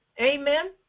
Amen